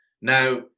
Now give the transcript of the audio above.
Now